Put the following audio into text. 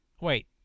Wait